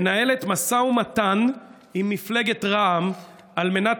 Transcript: מנהלת משא ומתן עם מפלגת רע"מ על מנת